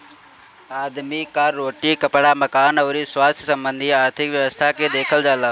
आदमी कअ रोटी, कपड़ा, मकान अउरी स्वास्थ्य संबंधी आर्थिक व्यवस्था के देखल जाला